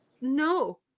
no